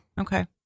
Okay